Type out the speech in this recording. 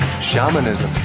shamanism